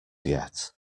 yet